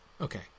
Okay